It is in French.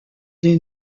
des